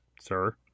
Sir